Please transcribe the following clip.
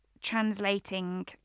translating